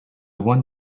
one